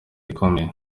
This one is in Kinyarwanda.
ikomeye